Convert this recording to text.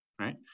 right